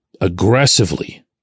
aggressively